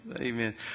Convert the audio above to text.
amen